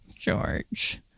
George